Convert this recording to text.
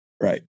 Right